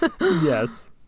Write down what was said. Yes